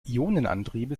ionenantriebe